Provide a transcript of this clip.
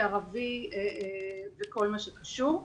ערבי וכל מה שקשור,